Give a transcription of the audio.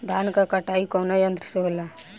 धान क कटाई कउना यंत्र से हो?